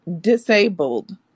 disabled